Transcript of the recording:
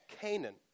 Canaan